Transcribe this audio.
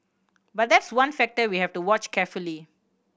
but that's one factor we have to watch carefully